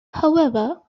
however